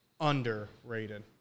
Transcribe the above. Underrated